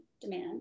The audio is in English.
demand